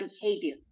behavior